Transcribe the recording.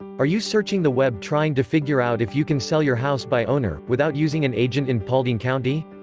are you searching the web trying to figure out if you can sell your house by owner, without using an agent in paulding county?